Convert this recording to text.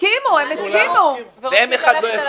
אם הוא לא משלם בסדר.